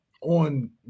on